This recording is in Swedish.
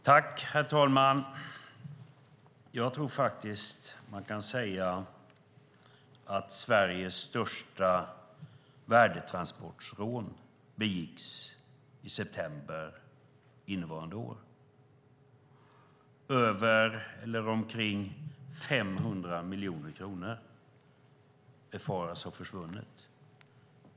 Herr talman! Jag tror att man kan säga att Sveriges största värdetransportrån begicks i september innevarande år. Omkring 500 miljoner kronor befaras ha försvunnit.